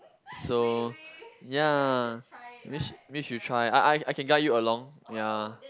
so ya wish wish we try I I I can guide you along ya